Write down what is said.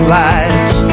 lives